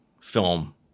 film